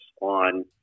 on